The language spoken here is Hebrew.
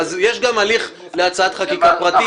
יש גם הליך להצעת חקיקה פרטית.